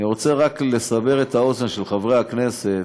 אני רוצה רק לסבר את האוזן של חברי הכנסת,